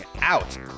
Out